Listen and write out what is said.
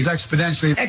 Exponentially